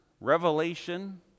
revelation